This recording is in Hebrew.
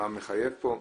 מה מחייב פה.